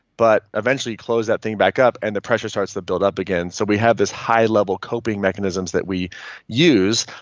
but eventually close that thing back up and the pressure starts to build up again. so we have this high level coping mechanisms that we use.